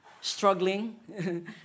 struggling